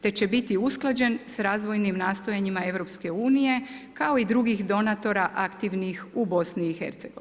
Te će biti usklađen s razvojnim nastojanjima EU, kao i drugih donatora aktivnih u BIH.